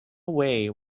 away